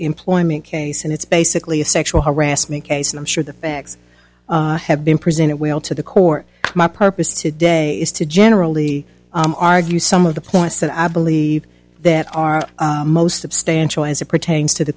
employment case and it's basically a sexual harassment case and i'm sure the facts have been presented well to the court my purpose today is to generally argue some of the points that i believe that are most of stan show as it pertains to the